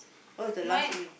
what's the last meal